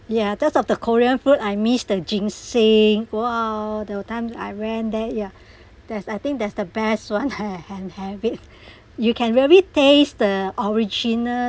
yeah taste of the korean food I miss the ginseng !wow! that were times I went there yeah that's I think that's the best one that I can have it you can really taste the original